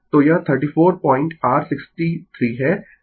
तो यह 34 point r 63 है